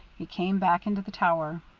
he came back into the tower.